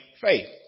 faith